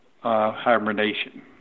hibernation